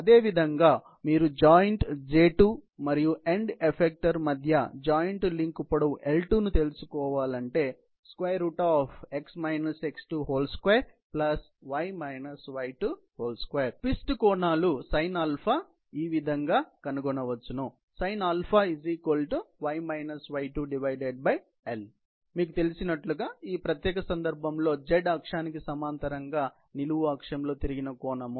అదేవిధంగా మీరు joint J2 మరియు ఎండ్ ఎఫెక్టెర్ మధ్య జాయింట్ లింక్ పొడవు L2 ను తెలుసుకోవాలనుకుంటే 22 అదేవిధంగా ట్విస్ట్ కోణాలు sinα ఈవిధంగా గా కనుగొనవచ్చుsin y y2L మీకు తెలిసినట్లుగా ఈ ప్రత్యేక సందర్భంలో z అక్షానికి సమాంతరంగా నిలువు అక్షంలో తిరిగిన కోణం